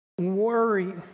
worry